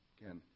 Again